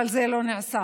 אבל זה לא נעשה.